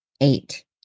eight